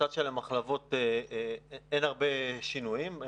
בצד של המחלבות אין הרבה שינויים.